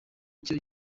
cyo